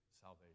salvation